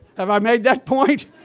have i made that point?